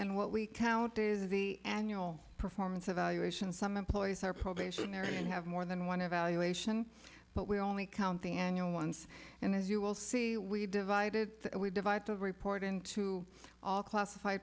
basie annual performance evaluation some employees are probationary and have more than one evaluation but we only count the annual ones and as you will see we divided we divide to report into all classif